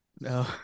No